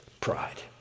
pride